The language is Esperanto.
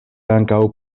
ankaŭ